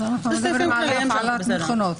אלה סעיפים כלליים מקובלים.